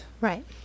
Right